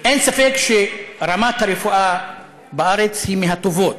אין ספק שרמת הרפואה בארץ היא מהטובות,